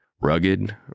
Rugged